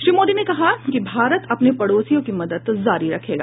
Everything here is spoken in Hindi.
श्री मोदी ने कहा कि भारत अपने पड़ोसियों की मदद जारी रखेगा